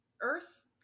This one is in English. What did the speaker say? Earth